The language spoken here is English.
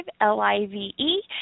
L-I-V-E